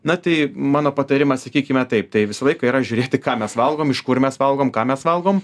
na tai mano patarimas sakykime taip tai visą laiką yra žiūrėti ką mes valgom iš kur mes valgom ką mes valgom